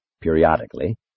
periodically